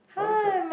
orca